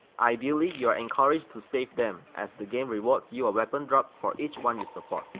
ideally you are encouraged to save them as the game rewards you a weapon drop for each one you support,